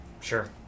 sure